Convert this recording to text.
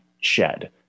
shed